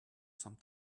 some